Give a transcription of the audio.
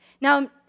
Now